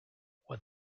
with